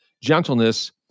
gentleness